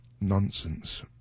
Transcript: nonsense